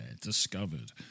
discovered